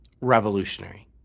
revolutionary